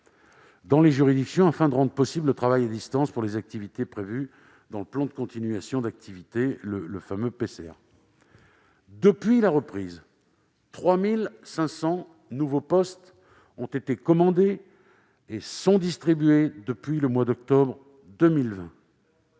dans les juridictions afin de rendre possible le travail à distance pour les activités prévues dans le plan de continuité d'activité, le fameux PCA. Depuis la reprise, 3 500 nouveaux postes ont été commandés ; leur distribution a commencé au mois d'octobre 2020.